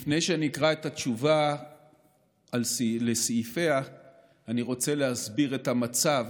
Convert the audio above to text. לפני שאני אקרא את התשובה לסעיפיה אני רוצה להסביר את המצב